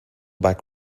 back